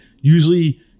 Usually